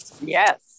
Yes